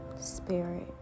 spirit